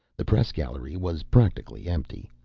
the press gallery was practically empty.